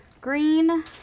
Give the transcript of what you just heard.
green